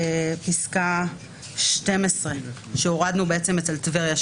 היא פסקה מאוד רחבה והורדנו אותה אצל טבריה.